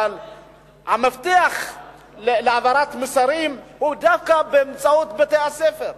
והמפתח להעברת מסרים הוא דווקא באמצעות בתי-הספר.